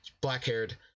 black-haired